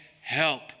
help